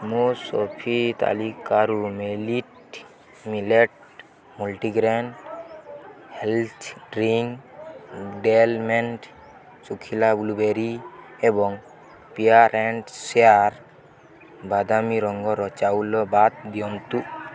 ମୋ ସପିଂ ତାଲିକାରୁ millet millet multigrain health drink ଡ଼େଲ୍ମେଣ୍ଟ୍ ଶୁଖିଲା ବ୍ଲୁବେରୀ ଏବଂ ପ୍ୟାର୍ ଆଣ୍ଡ୍ ଶେୟାର୍ ବାଦାମୀ ରଙ୍ଗର ଚାଉଲ ବାଦ୍ ଦିଅନ୍ତୁ